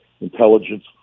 intelligence